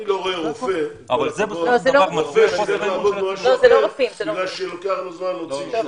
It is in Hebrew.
אני לא רואה רופא שילך לעבוד במשהו אחר כי לוקח זמן להוציא אישור.